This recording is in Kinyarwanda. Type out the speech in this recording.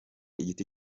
igiti